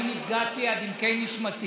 אני נפגעתי עד עמקי נשמתי,